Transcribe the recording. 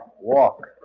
Walk